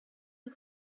you